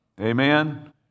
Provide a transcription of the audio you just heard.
Amen